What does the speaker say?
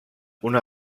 una